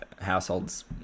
household's